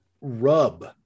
rub